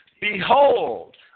Behold